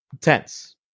tense